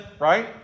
right